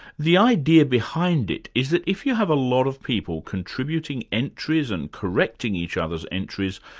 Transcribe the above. the idea behind it is that if you have a lot of people contributing entries and correcting each other's entries,